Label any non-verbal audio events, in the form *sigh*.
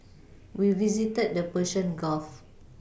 we visited the Persian Gulf *noise*